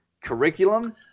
curriculum